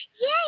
Yay